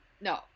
No